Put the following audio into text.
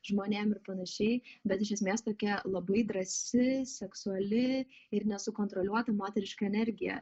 žmonėm ir panašiai bet iš esmės tokia labai drąsi seksuali ir nesukontroliuota moteriška energija